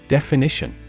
Definition